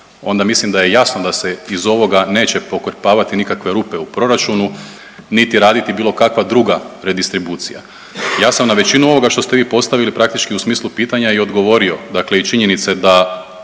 onda mislim da je jasno da se iz ovoga neće pokrpavati nikakve rupe u proračunu niti raditi bilo kakva druga redistribucija. Ja sam na većinu ovoga što ste vi postavili praktički u smislu pitanja i odgovorio. Dakle i činjenica